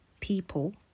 people